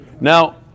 Now